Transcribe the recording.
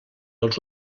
els